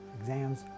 exams